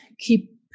keep